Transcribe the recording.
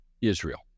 Israel